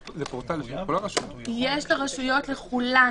יש לכל הרשויות פורטל.